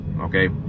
okay